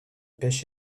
pêche